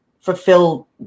fulfill